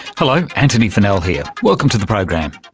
hello, antony funnell here, welcome to the program.